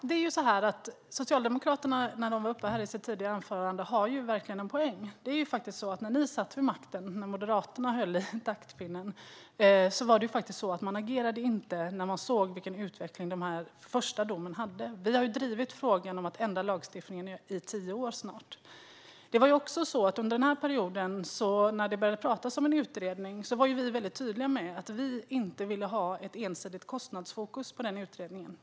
Herr talman! Socialdemokraterna hade verkligen en poäng i det tidigare anförandet här. När Moderaterna satt vid makten och höll i taktpinnen agerade man inte när man såg vilken utveckling den första domen hade. Vi har drivit frågan om att ändra lagstiftningen i snart tio år. Under den här perioden, när det började talas om en utredning, var vi tydliga med att vi inte ville ha ett ensidigt kostnadsfokus i den utredningen.